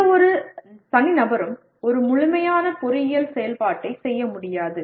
எந்தவொரு தனி நபரும் ஒரு முழுமையான பொறியியல் செயல்பாட்டைச் செய்ய முடியாது